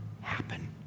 happen